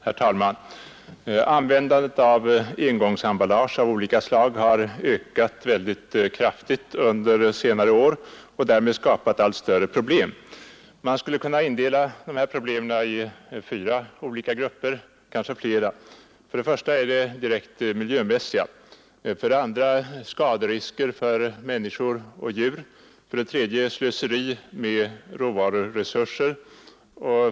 Herr talman! Användandet av engångsemballage av olika slag har ökat kraftigt under senare år och därmed skapat allt större problem. Man skulle kunna indela dessa problem i fyra olika grupper, kanske flera. För det första direkt miljömässiga problem. För det andra skaderisker för människor och djur. För det tredje det slöseri som sker med råvaruresurser.